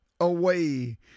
away